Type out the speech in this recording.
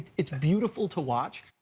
it's beautiful to watch.